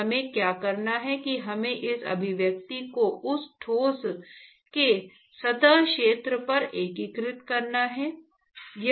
तो हमें क्या करना है कि हमें इस अभिव्यक्ति को उस ठोस के सतह क्षेत्र पर एकीकृत करना है